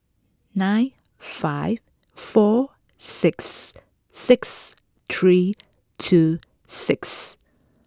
nine five four six six three two six